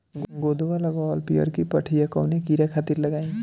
गोदवा लगवाल पियरकि पठिया कवने कीड़ा खातिर लगाई?